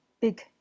big